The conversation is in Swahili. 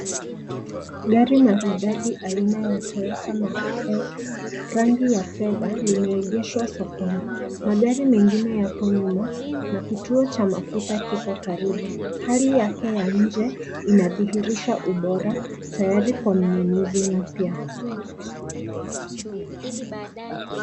Gari maridadi haina toyota mark x rangi ya fedha limeegeshwa sokoni, magari mengine yapo nyuma na kituo cha mafuta kiko karibu hali yake ya nje inadhihirisha ubora tayari kwa mnunuzi mpya.